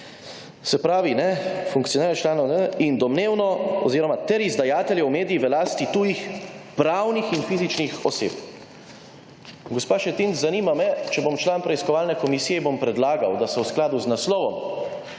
Se pravi, funkcionarjev, članov… in domnevno oziroma ter izdajateljev medijev v lasti tujih pravnih in fizičnih oseb. Gospa Šetinc zanima me, če bom plan preiskovalne komisije bom predlagal, da se v skladu za naslovom